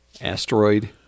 Asteroid